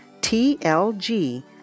TLG